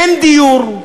אין דיור,